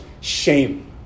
shame